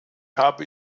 habe